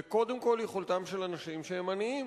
וקודם כול על יכולתם של אנשים שהם עניים,